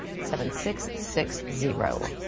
seven, six, six, zero,